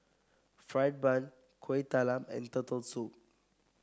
fried bun Kuih Talam and Turtle Soup